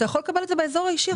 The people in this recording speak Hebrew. אתה יכול לקבל את זה באזור האישי.